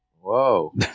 Whoa